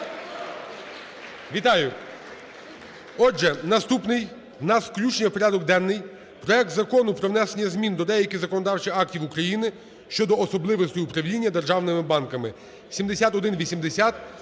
Вітаю! Отже, наступний у нас включення в порядок денний проект Закону про внесення змін до деяких законодавчих актів України щодо особливостей управління державними банками (7180